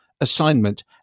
assignment